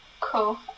cool